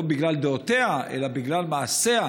לא בגלל דעותיה אלא בגלל מעשיה.